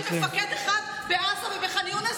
אני רוצה שתראה לי מפקד אחד בעזה ובח'אן יונס